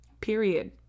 period